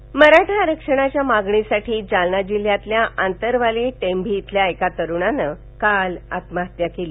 जालना मराठा आरक्षणाच्या मागणीसाठी जालना जिल्ह्यातल्या यांतरवाली टेंभी इथंल्या एका तरूणानं काल आत्महत्या केली